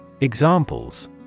Examples